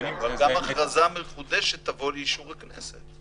גם הכרזה מחודשת תבוא לאישור הכנסת.